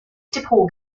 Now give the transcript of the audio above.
depot